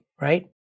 right